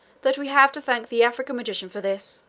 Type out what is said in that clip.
that we have to thank the african magician for this!